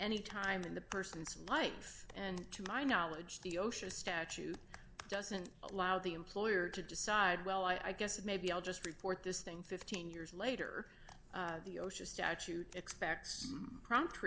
any time in the person's life and to my knowledge the osha statute doesn't allow the employer to decide well i guess maybe i'll just report this thing fifteen years later the osha statute d expects prompt